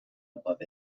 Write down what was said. above